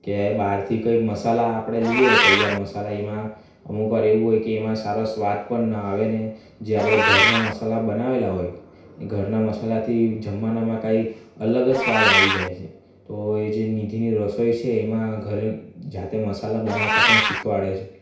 કે બહારથી કંઈ મસાલા આપણે લઇએ તૈયાર મસાલા એમાં અમુક વાર એવું હોય કે એમાં સારો સ્વાદ પણ ના આવે ને જે આપણે ઘરના મસાલા બનાવેલા હોય એ ઘરના મસાલાથી જમવાનામાં કાંઇક અલગ જ સ્વાદ આવી જાય છે તો એ જે નિધિની રસોઈ છે એમાં ઘરે જાતે મસાલા બનાવતા પણ શિખવાડે છે